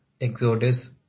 exodus